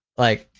like,